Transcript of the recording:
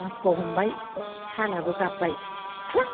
माखुआव हमबाय सालआबो गाबबाय ख्लां